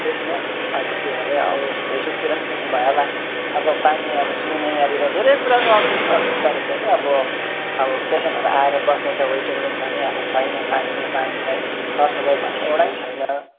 उयसमा के अरे अ उयस फेसबुकतिर पनि देख्नुभयो होला अब पानी अब चुहिने यहाँनिर धेरै कुरा असु असुविदा रहेछ अब पेसेन्टहरू आएर बस्ने त वेटिङ रूममा पनि अब छैन पानी नै पानी है सर सफाइ भन्ने एउटै छैन है